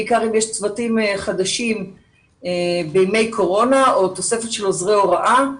בעיקר אם יש צוותים חדשים בימי קורונה או תוספת עוזרי הוראה.